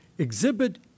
Exhibit